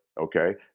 okay